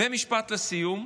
ומשפט לסיום.